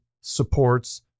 supports